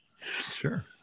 Sure